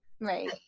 Right